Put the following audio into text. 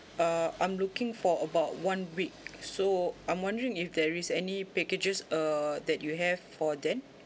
uh I'm looking for about one week so I'm wondering if there is any packages uh that you have for then